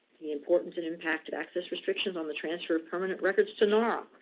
the importance and impacts of access restrictions on the transfer of permanent records to nara.